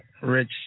Rich